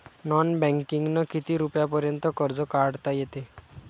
Non बँकिंगनं किती रुपयापर्यंत कर्ज काढता येते?